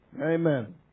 Amen